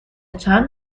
چند